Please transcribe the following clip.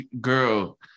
girl